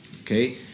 okay